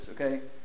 okay